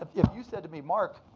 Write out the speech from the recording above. if if you said to me, mark,